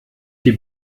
die